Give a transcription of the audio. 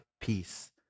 peace